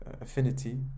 affinity